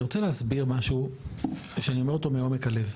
אני רוצה להסביר משהו שאני אומר אותו מעומק הלב,